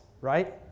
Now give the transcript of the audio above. right